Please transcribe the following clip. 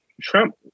Trump